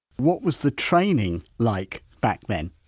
whitewhat was the training like back then?